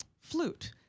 Flute